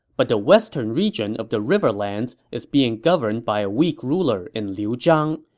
but the western region of the riverlands is being governed by a weak ruler in liu zhang,